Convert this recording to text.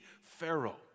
Pharaoh